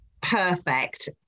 perfect